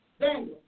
Daniel